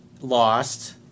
lost